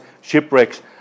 shipwrecks